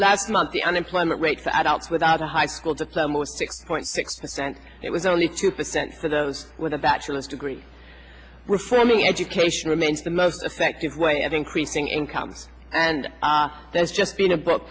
last month the unemployment rate for adults without a high school diploma was six point six percent it was only two percent for those with a bachelor's degree reforming education remains the most effective way of increasing income and there's just been a book